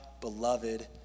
beloved